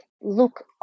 look